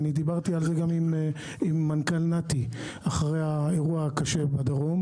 דיברתי על זה גם עם מנכ"ל נת"י אחרי האירוע הקשה בדרום.